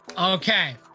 Okay